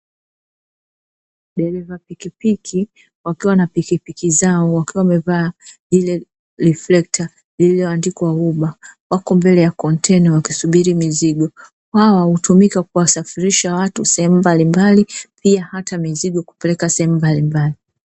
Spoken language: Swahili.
Dereva pikipiki wakiwa na pikipiki zao wakiwa wamevaa "reflector" iliyoandikwa "Uber" wako mbele ya kontena wakisubiri mizigo, hawa hutumika kuwasafirisha watu sehemu mbalimbali pia hata mizigo kupeleka sehemu mbalimbali.